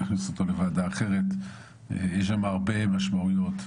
הנושא הראשון הוא פניית יושב ראש הכנסת בדבר מינוי קצין הכנסת,